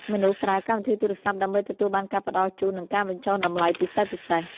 មនុស្សប្រើកម្មវិធីទូរសព្ទ ដើម្បីទទួលបានការផ្ដល់ជូន និងការបញ្ចុះតម្លៃពិសេសៗ។